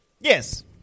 Yes